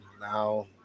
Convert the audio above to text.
Now